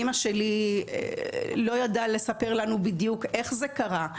אימא שלי לא ידעה לספר לנו בדיוק איך זה קרה,